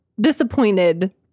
disappointed